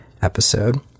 episode